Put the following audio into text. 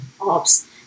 ops